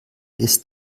ist